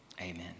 Amen